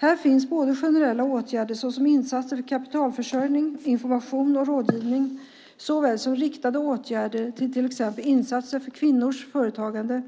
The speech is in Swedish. Här finns det bland annat generella åtgärder - såväl insatser för kapitalförsörjning, information och rådgivning som åtgärder riktade exempelvis till insatser för kvinnors företagande,